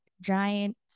giant